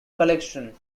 collection